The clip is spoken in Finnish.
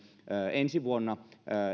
ensi vuonna